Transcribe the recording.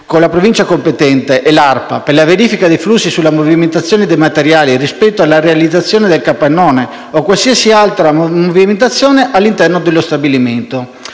con la Provincia competente e l'ARPA per la verifica dei flussi sulla movimentazione dei materiali rispetto alla realizzazione del capannone o qualsiasi altra movimentazione all'interno dello stabilimento»,